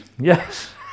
Yes